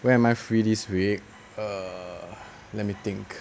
when am I free this week err let me think